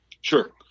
Sure